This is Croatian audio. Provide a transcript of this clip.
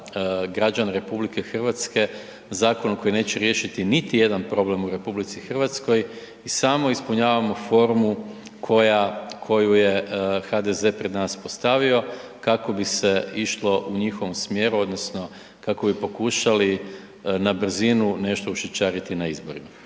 građana RH, zakonu koji neće riješiti niti jedan problem u RH i samo ispunjavamo formu koju je HDZ pred nas postavio kako bi se išlo u njihovom smjeru odnosno kako bi pokušali na brzinu nešto ušičariti na izborima.